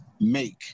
make